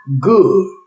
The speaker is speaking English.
good